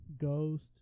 Ghost